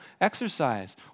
exercise